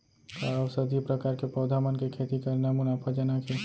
का औषधीय प्रकार के पौधा मन के खेती करना मुनाफाजनक हे?